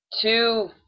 Two